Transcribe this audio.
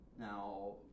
Now